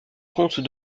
compte